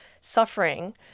suffering